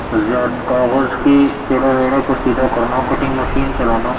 زیادہ کاغذ کی ٹیڑھا میڑھا کو سیدھا کرنا کٹنگ مشین چلانا